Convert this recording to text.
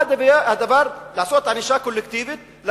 לעשות ענישה קולקטיבית,